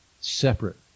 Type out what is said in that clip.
separate